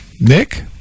Nick